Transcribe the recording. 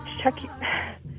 check